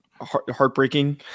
heartbreaking